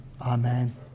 Amen